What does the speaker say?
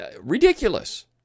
Ridiculous